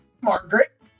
margaret